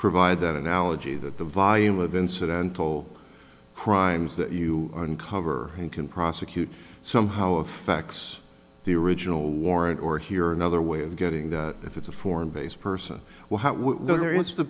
provide that analogy that the volume of incidental crimes that you uncover you can prosecute somehow effects the original warrant or here another way of getting if it's a foreign based person well whether it's the